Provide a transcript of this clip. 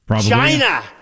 China